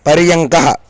पर्यङ्कः